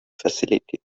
facility